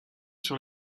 sur